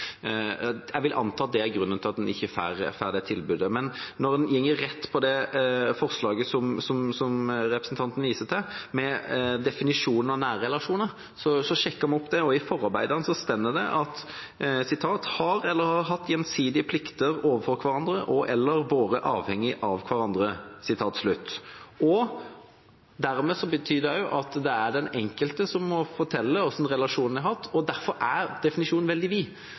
Jeg vil anta at det er grunnen til at en ikke får det tilbudet. Når det gjelder det forslaget som representanten viser til, med definisjonen av «nære relasjoner», så sjekket vi opp det. I forarbeidene står det at en «har eller har hatt gjensidige plikter overfor kvarandre og/eller vore avhengig av kvarandre». Det betyr at det er den enkelte som må fortelle hva slags relasjon en har hatt. Derfor er definisjonen veldig